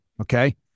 Okay